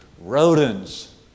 Rodents